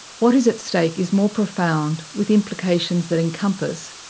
what is at stake is more profound, with implications that encompass,